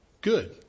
Good